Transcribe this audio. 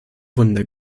wunder